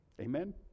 Amen